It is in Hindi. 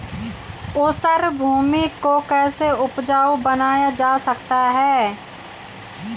ऊसर भूमि को कैसे उपजाऊ बनाया जा सकता है?